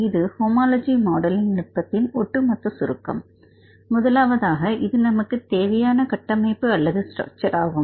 இது homology modelling நுட்பத்தின் ஒட்டுமொத்த சுருக்கம் முதலாவதாக இது நமக்குத் தேவையான கட்டமைப்புஅல்லது ஸ்டர்க்ச்சர் ஆகும்